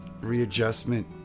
readjustment